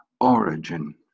origin